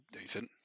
Decent